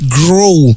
grow